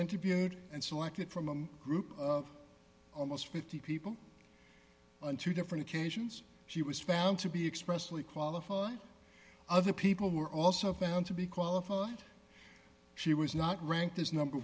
interviewed and selected from group almost fifty people on two different occasions she was found to be expressly qualified other people were also found to be qualified she was not ranked as number